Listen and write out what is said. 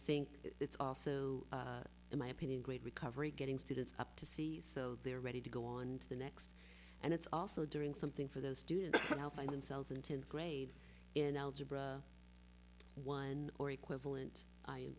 think it's also in my opinion great recovery getting students up to see so they're ready to go on to the next and it's also doing something for those students now find themselves in tenth grade in algebra one or equivalent